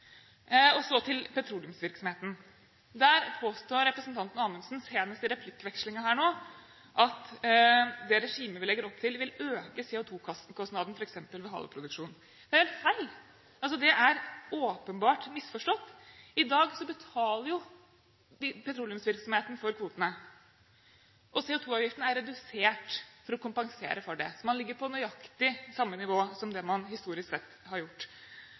budsjett. Så til petroleumsvirksomheten: Representanten Amundsen påstår, senest i replikkvekslingen her, at det regimet vi legger opp til, vil øke CO2-kostnaden, f.eks. ved haleproduksjon. Det er jo helt feil! Det er åpenbart misforstått! I dag betaler jo petroleumsvirksomheten for kvotene, og CO2-avgiften er redusert for å kompensere for det. Så man ligger på nøyaktig samme nivå som man historisk sett har gjort.